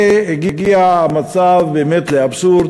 זה הגיע לאבסורד,